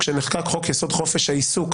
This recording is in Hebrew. כשנחקק חוק-יסוד: חופש העיסוק,